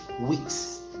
weeks